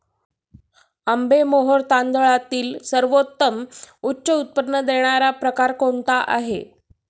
आंबेमोहोर तांदळातील सर्वोत्तम उच्च उत्पन्न देणारा प्रकार कोणता आहे?